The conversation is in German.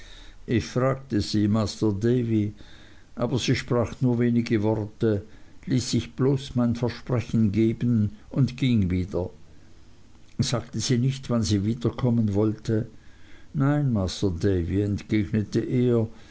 ich fragte sie masr davy aber sie sprach nur wenige worte ließ sich bloß mein versprechen geben und ging wieder sagte sie nicht wann sie wiederkommen wollte nein masr davy entgegnete er